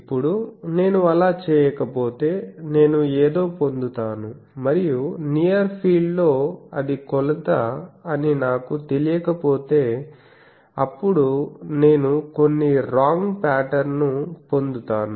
ఇప్పుడు నేను అలా చేయకపోతే నేను ఏదో పొందుతాను మరియు నియర్ ఫీల్డ్ లో అది కొలత అని నాకు తెలియకపోతే అప్పుడు నేను కొన్ని రాంగ్ పాటర్న్ ను పొందుతాను